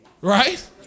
Right